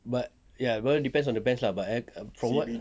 but ya cause depends on the bands lah but from what